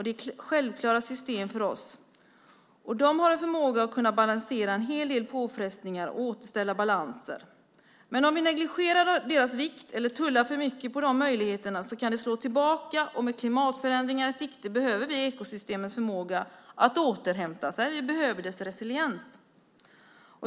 Det är självklara system för oss. De har en förmåga att balansera en hel del påfrestningar och återställa balanser. Men om vi negligerar deras vikt eller tullar för mycket på dessa möjligheter kan det slå tillbaka. Med klimatförändringar i sikte behöver vi ekosystemens förmåga att återhämta sig. Vi behöver deras resiliens.